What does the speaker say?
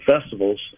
festivals